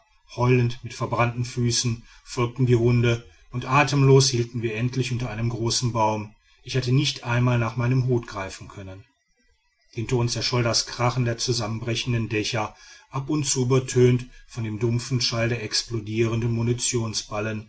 heulend mit verbrannten füßen folgten die hunde und atemlos hielten wir endlich unter einem großen baum ich hatte nicht einmal nach meinem hut greifen können hinter uns erscholl das krachen der zusammenbrechenden dächer ab und zu übertönt von dem dumpfen schall der explodierenden